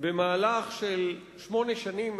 במהלך שמונה שנים,